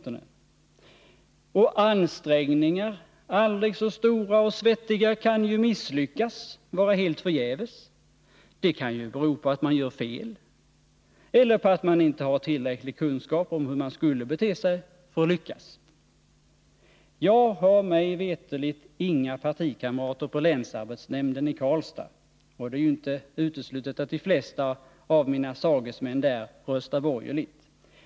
Och ansträngningar, aldrig så stora och svettiga, kan ju misslyckas och vara helt förgäves. Det kan bero på att man gör fel eller på att man inte har tillräcklig kunskap om hur man skulle bete sig för att lyckas. Jag har mig veterligt inga partikamrater på länsarbetsnämnden i Karlstad, och det är ju inte uteslutet att de flesta av mina sagesmän där röstar borgerligt.